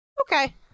Okay